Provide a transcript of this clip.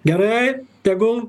gerai tegul